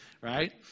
Right